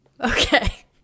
okay